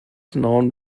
known